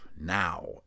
now